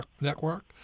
Network